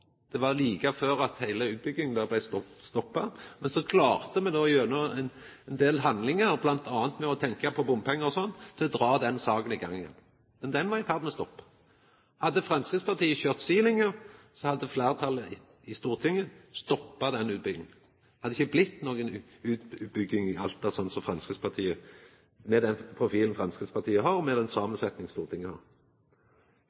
Det var like før heile utbygginga blei stoppa. Men så klarte me, gjennom ein del handlingar, bl.a. ved å tenkja på bompengar og slikt, å dra denne saka i gang igjen. Men ho var i ferd med å stoppa opp. Hadde Framstegspartiet kjørt si linje, hadde fleirtalet i Stortinget stoppa denne utbygginga. Det hadde ikkje blitt noka utbygging i Alta, med den profilen Framstegspartiet har, og med den